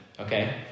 okay